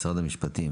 משרד המשפטים